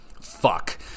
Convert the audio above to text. fuck